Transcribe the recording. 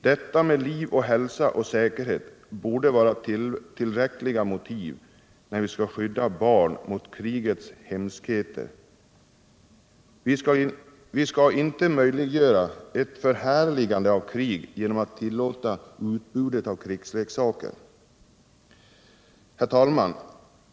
Detta med liv, hälsa och säkerhet borde vara tillräckliga motiv när vi skall skydda barnen mot krigets hemskheter. Vi skall inte möjliggöra ett förhärligande av krig genom att tillåta utbudet av krigsleksaker. Herr talman!